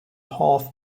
half